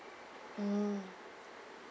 mm